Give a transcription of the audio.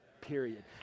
period